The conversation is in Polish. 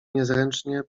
niezręcznie